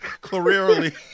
clearly